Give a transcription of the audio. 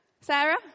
Sarah